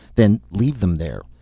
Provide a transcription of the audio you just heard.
then leave them there.